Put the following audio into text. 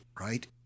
Right